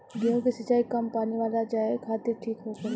गेंहु के सिंचाई कम पानी वाला जघे खातिर ठीक होखेला